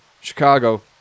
Chicago